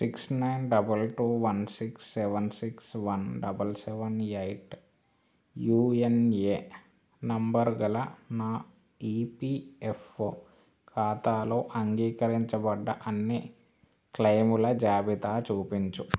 six nine double two one six seven six one double seven eight UAN number గల నా EPFO ఖాతాలో అంగీకరించబడ్డ అన్ని క్లయిముల జాబితా చూపించు